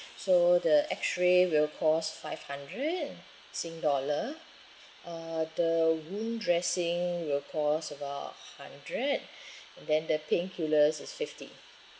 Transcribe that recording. so the X ray will cost five hundred sing dollar uh the wound dressing will cost about hundred and then the painkiller is fifty